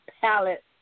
palette